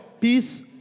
peace